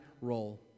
role